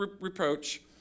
reproach